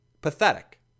Pathetic